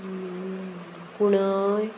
कुणय